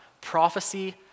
Prophecy